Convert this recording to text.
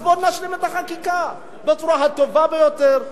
אז בואו נשלים את החקיקה בצורה הטובה ביותר,